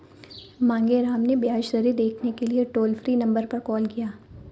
मांगेराम ने ब्याज दरें देखने के लिए टोल फ्री नंबर पर कॉल किया